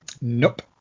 Nope